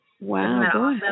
Wow